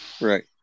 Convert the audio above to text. Right